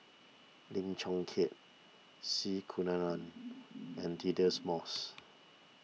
Lim Chong Keat C Kunalan and Deirdre Moss